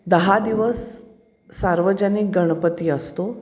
दहा दिवस सार्वजनिक गणपती असतो